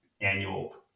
annual